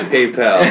PayPal